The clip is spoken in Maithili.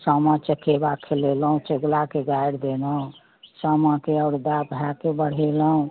सामा चकेवा खेलेलहुँ चुगलाके गारि देलहुँ सामाके औरदा भायके बढ़ेलहुँ